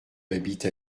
habites